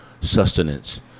sustenance